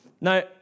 Now